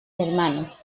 hermanos